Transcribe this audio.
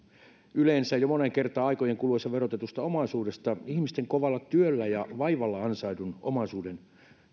yleensä jo moneen kertaan aikojen kuluessa verotetusta omaisuudesta ihmisten kovalla työllä ja vaivalla ansaitun omaisuuden